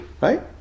right